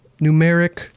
numeric